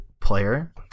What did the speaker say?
player